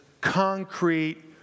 concrete